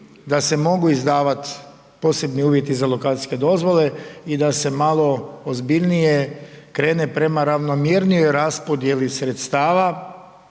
da se mogu izdavati posebni uvjeti za lokacijske dozvole i da se malo ozbiljnije krene prema ravnomjernijoj raspodjeli sredstava